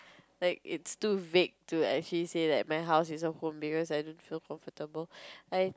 like it's too vague to actually say that my house is a home because I don't feel comfortable I